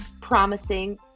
promising